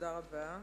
תודה רבה.